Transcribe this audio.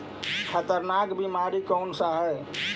खतरनाक बीमारी कौन सा है?